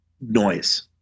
noise